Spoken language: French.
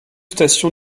station